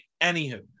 anywho